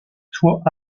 soit